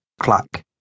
Clack